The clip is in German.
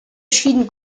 schieden